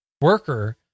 worker